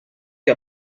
que